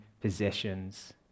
possessions